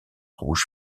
rouge